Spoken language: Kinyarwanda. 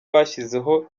bashyizeho